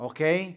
Okay